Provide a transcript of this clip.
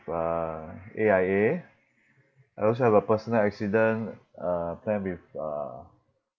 uh A_I_A I also have a personal accident uh plan with uh